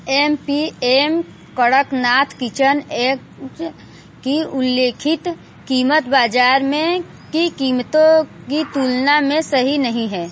M P M Kadaknath kitchen eggs की उल्लेखित कीमत बाज़ार में की कीमतों की तुलना में सही नहीं है